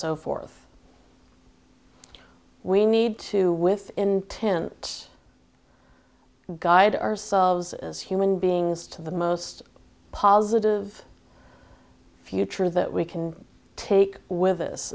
so forth we need to with intent guide ourselves as human beings to the most positive future that we can take with